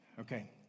Okay